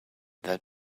that